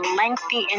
lengthy